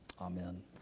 Amen